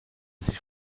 sich